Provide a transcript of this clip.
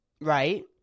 right